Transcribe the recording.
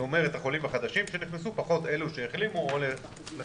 שאומר את מס' החולים החדשים שנכנסו פחות אלו שהחלימו או לחילופין,